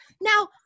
now